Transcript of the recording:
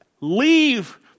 Leave